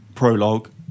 Prologue